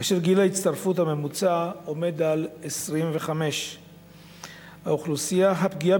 כאשר גיל ההצטרפות הממוצע עומד על 25. האוכלוסייה הפגיעה